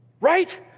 Right